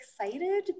excited